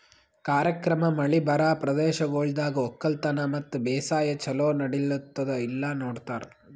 ಕಾರ್ಯಕ್ರಮ ಮಳಿ ಬರಾ ಪ್ರದೇಶಗೊಳ್ದಾಗ್ ಒಕ್ಕಲತನ ಮತ್ತ ಬೇಸಾಯ ಛಲೋ ನಡಿಲ್ಲುತ್ತುದ ಇಲ್ಲಾ ನೋಡ್ತಾರ್